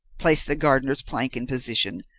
place the gardener's plank in position,